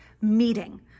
meeting